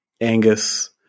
Angus